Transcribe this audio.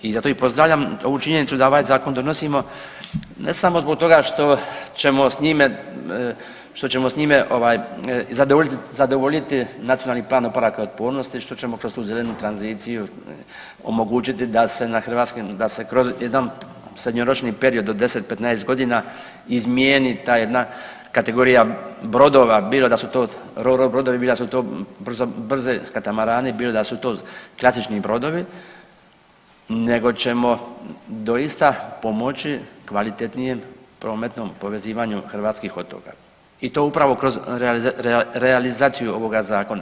I zato i pozdravljam ovu činjenicu da ovaj zakon donosimo ne samo zbog toga što ćemo s njime, što ćemo s njime ovaj zadovoljiti, zadovoljiti Nacionalni plan oporavka i otpornosti, što ćemo kroz tu zelenu tranziciju omogućiti da se na hrvatskim, da se kroz jedan srednjoročni period od 10, 15 godina izmijeni ta jedna kategorija brodova bilo da su to Ro-Ro brodovi bilo da su to brze, brzi katamarani, bilo da su to klasični brodovi nego ćemo doista pomoći kvalitetnijem prometnom povezivanju hrvatskih otoka i to upravo kroz realizaciju ovoga zakona.